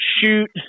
shoot